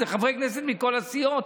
אלה חברי כנסת מכל הסיעות.